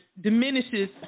diminishes